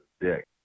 dick